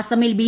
അസമിൽ ബി